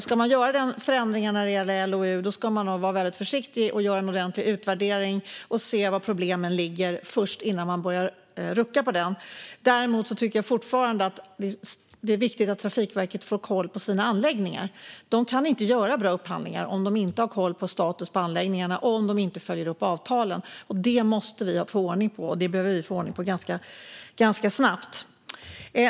Ska man göra förändringar i LOU ska man nog vara väldigt försiktig och göra en ordentlig utvärdering och se var problemen finns innan man börjar rucka på lagen. Däremot tycker jag fortfarande att det är viktigt att Trafikverket får koll på sina anläggningar. De kan inte göra bra upphandlingar om de inte har koll på anläggningarnas status och inte följer upp avtalen. Det måste vi få ordning på ganska snabbt.